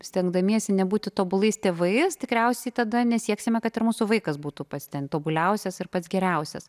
stengdamiesi nebūti tobulais tėvais tikriausiai tada nesieksime kad ir mūsų vaikas būtų pats ten tobuliausias ir pats geriausias